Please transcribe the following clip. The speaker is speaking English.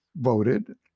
voted